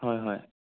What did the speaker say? হয় হয়